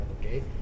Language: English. Okay